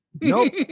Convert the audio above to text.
Nope